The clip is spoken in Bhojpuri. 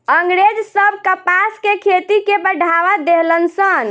अँग्रेज सब कपास के खेती के बढ़ावा देहलन सन